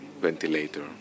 ventilator